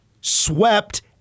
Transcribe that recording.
swept